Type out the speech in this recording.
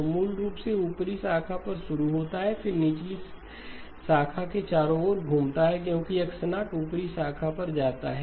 तो मूल रूप से ऊपरी शाखा पर शुरू होता है फिर निचली शाखा के चारों ओर घूमता है क्योंकि X0 ऊपरी शाखा पर जाता है